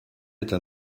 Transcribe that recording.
être